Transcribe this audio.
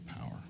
power